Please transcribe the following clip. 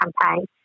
campaign